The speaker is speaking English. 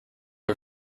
are